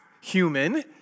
human